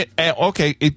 Okay